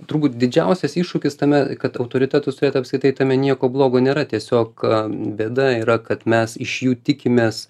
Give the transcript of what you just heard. turbūt didžiausias iššūkis tame kad autoritetus turėt apskritai tame nieko blogo nėra tiesiog bėda yra kad mes iš jų tikimės